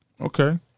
Okay